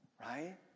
right